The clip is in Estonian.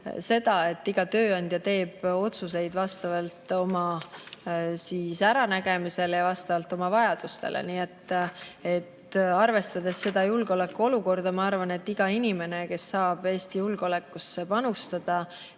usun, et iga tööandja teeb otsuseid vastavalt oma äranägemisele ja vastavalt oma vajadustele. Arvestades seda julgeolekuolukorda, ma arvan, et iga inimene, kes saab Eesti julgeolekusse panustada